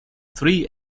three